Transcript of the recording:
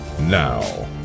Now